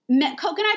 coconut